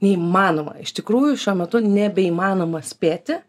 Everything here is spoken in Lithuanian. neįmanoma iš tikrųjų šiuo metu nebeįmanoma spėti